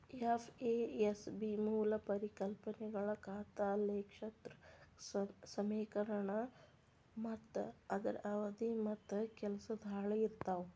FASB ಮೂಲ ಪರಿಕಲ್ಪನೆಗಳ ಖಾತಾ ಲೆಕ್ಪತ್ರ ಸಮೇಕರಣ ಮತ್ತ ಅದರ ಅವಧಿ ಮತ್ತ ಕೆಲಸದ ಹಾಳಿ ಇರ್ತಾವ